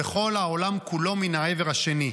וכל העולם כולו מן העבר השני.